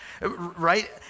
right